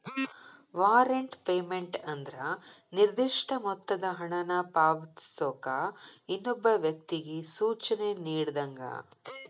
warrant payment ಅಂದ್ರ ನಿರ್ದಿಷ್ಟ ಮೊತ್ತದ ಹಣನ ಪಾವತಿಸೋಕ ಇನ್ನೊಬ್ಬ ವ್ಯಕ್ತಿಗಿ ಸೂಚನೆ ನೇಡಿದಂಗ